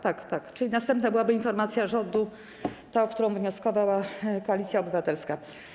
Tak, czyli następna byłaby informacja rządu, ta, o którą wnioskowała Koalicja Obywatelska.